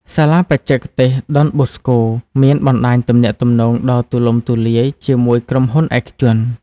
សាលាបច្ចេកទេសដុនបូស្កូមានបណ្ដាញទំនាក់ទំនងដ៏ទូលំទូលាយជាមួយក្រុមហ៊ុនឯកជន។